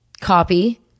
copy